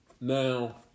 Now